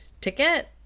ticket